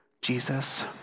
Jesus